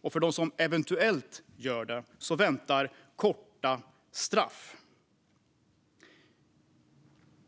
och för dem som eventuellt gör det väntar korta straff.